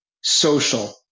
social